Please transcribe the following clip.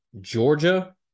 Georgia